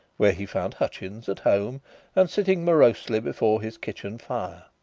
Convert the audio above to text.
where he found hutchins at home and sitting morosely before his kitchen fire.